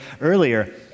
earlier